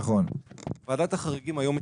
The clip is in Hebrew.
ועדת החריגים היום מתכנסת,